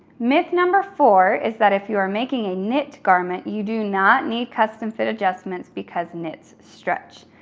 myth number four is that if you are making a knit garment, you do not need custom fit adjustments because knits stretch.